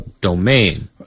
domain